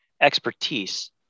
expertise